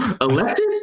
elected